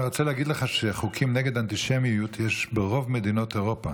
אני רוצה להגיד לך שחוקים נגד אנטישמיות יש ברוב מדינות אירופה.